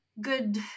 good